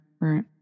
right